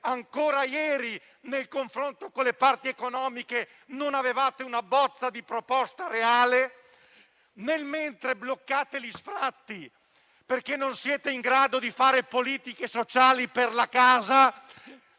ancora ieri, nel confronto con le parti economiche, non avevate una bozza di proposta reale, nel mentre bloccate gli sfratti perché non siete in grado di fare politiche sociali per la casa,